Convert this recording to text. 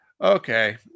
Okay